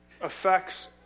affects